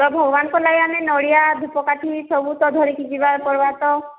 ତ ଭଗବାନଙ୍କ ଲାଗି ଆମେ ନଡ଼ିଆ ଧୂପକାଠି ସବୁ ତ ଧରିକି ଯିବାର ପଡ଼ବା ତ